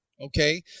Okay